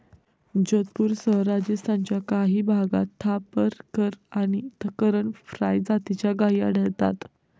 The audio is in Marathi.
जोधपूरसह राजस्थानच्या काही भागात थापरकर आणि करण फ्राय जातीच्या गायी आढळतात